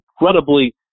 incredibly